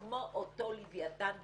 כמו אותו לווייתן בזמנו,